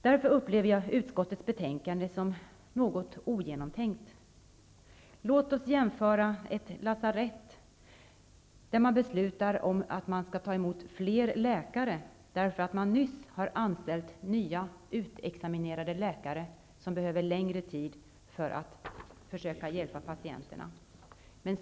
Därför upplever jag utskottets skrivning i betänkandet som något ogenomtänkt. Låt oss jämföra med ett lasarett där man beslutar att ta emot fler läkare, därför att man nyligen anställt nya utexaminerade läkare som behöver få längre tid på sig när det gäller att försöka hjälpa patienterna.